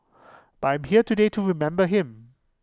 but I'm here today to remember him